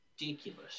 ridiculous